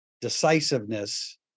decisiveness